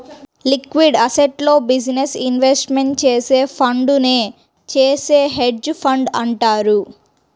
liquid అసెట్స్లో business investment చేసే ఫండునే చేసే హెడ్జ్ ఫండ్ అంటారు